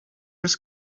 els